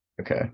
Okay